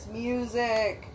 music